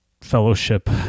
fellowship